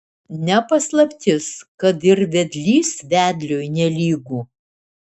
ne paslaptis kad ir vedlys vedliui nelygu